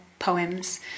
Poems